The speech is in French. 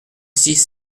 six